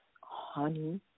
honey